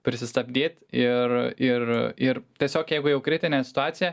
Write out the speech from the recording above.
prisistabdyt ir ir ir tiesiog jeigu jau kritinė situacija